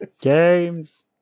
Games